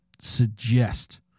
suggest